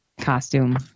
costume